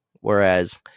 Whereas